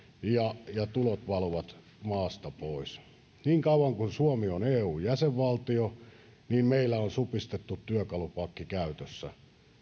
ja ja tulot valuvat maasta pois niin kauan kuin suomi on eu jäsenvaltio meillä on supistettu työkalupakki käytössä